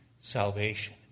salvation